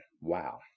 Wow